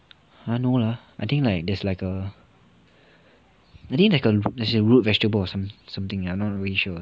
!huh! no lah I think like there's like a I think like a there's a root vegetable or something I'm not really sure